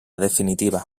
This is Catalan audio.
definitiva